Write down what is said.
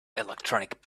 electronic